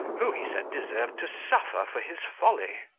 who, he said, deserved to suffer for his folly.